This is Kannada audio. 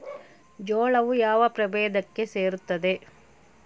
ಜೋಳವು ಯಾವ ಪ್ರಭೇದಕ್ಕೆ ಸೇರುತ್ತದೆ?